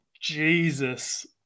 Jesus